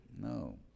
No